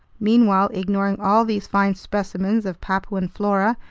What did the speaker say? meanwhile, ignoring all these fine specimens of papuan flora,